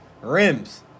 rims